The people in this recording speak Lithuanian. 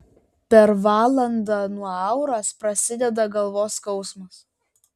per valandą nuo auros prasideda galvos skausmas